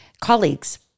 colleagues